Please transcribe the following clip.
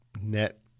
net